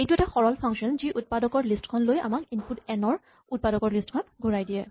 এইটো এটা সৰল ফাংচন যি উৎপাদকৰ লিষ্ট খন লৈ আমাক ইনপুট এন ৰ উৎপাদকৰ লিষ্ট খন ঘূৰাই দিয়ে